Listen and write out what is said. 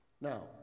Now